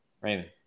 Raymond